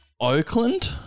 Oakland